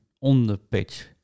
on-the-pitch